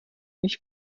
ich